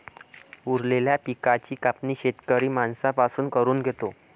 उरलेल्या पिकाची कापणी शेतकरी माणसां पासून करून घेतो